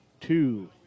two